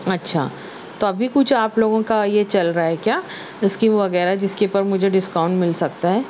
اچھا تو ابھی کچھ آپ لوگوں کا یہ چل رہا ہے کیا اسکیم وغیرہ جس کے اوپر مجھے ڈسکاؤنٹ مل سکتا ہے